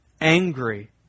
angry